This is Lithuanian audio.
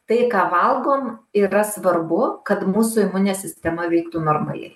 tai ką valgom yra svarbu kad mūsų imuninė sistema veiktų normaliai